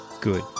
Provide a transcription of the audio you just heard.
Good